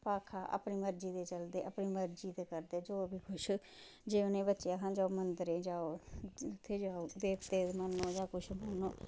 भाखा अपनी मर्जी दे चलदे अपनी मर्जी दे करदे जो बी कुछ जे उ'नें बच्चे गी आक्खो मंदरे च जाओ इत्थें जाओ देवते दे मन्नो जां कुछ मन्नो